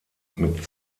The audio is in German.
mit